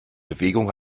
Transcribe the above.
bewegung